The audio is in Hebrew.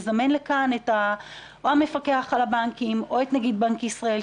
לזמן לכאן או את המפקח על הבנקים או את נגיד בנק ישראל.